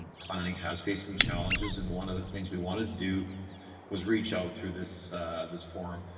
planning has faced some challenges and one of the things we wanted to do was reach out through this this forum.